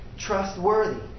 trustworthy